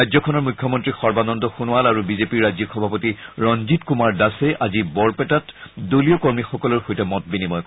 ৰাজ্যখনৰ মুখ্যমন্ত্ৰী সৰ্বানন্দ সোণোৱাল আৰু বিজেপিৰ ৰাজ্যিক সভাপতি ৰঞ্জিত কুমাৰ দাসে আজি বৰপেটাত দলীয় কৰ্মীসকলৰ সৈতে মত বিনিময় কৰে